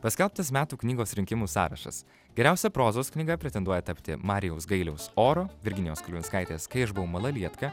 paskelbtas metų knygos rinkimų sąrašas geriausia prozos knyga pretenduoja tapti marijaus gailiaus oro virginijos kulvinskaitės kai aš buvau malalietka